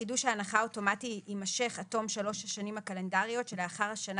חידוש ההנחה אוטומטי יימשך עד תום שלוש השנים הקלנדריות שלאחר השנה